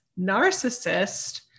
narcissist